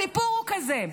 הסיפור הוא כזה: